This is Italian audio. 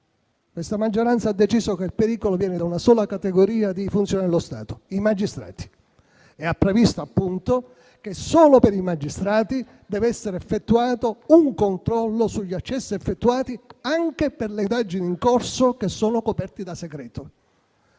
questa maggioranza ha deciso che il pericolo viene da una sola categoria di funzionari dello Stato, cioè i magistrati, e ha previsto che solo per i magistrati debba essere svolto un controllo sugli accessi effettuati anche per le indagini in corso che sono coperte da segreto.